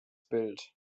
bild